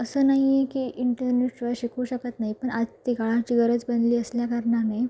असं नाही आहे की इंटरनेटवर शिकू शकत नाही पण आज ती काळाची गरज बनली असल्याकारणाने